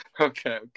okay